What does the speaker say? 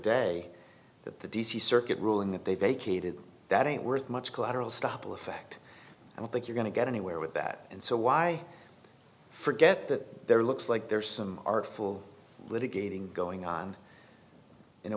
day that the d c circuit ruling that they vacated that ain't worth much collateral stoppel effect i don't think you're going to get anywhere with that and so why forget that there looks like there's some artful litigating going on in a